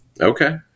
Okay